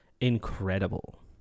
incredible